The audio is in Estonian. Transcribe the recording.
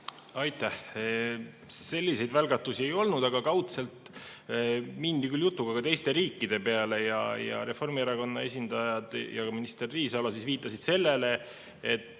Aitäh! Selliseid välgatusi ei olnud, aga kaudselt mindi küll jutuga ka teiste riikide peale. Reformierakonna esindajad ja minister Riisalo viitasid sellele, et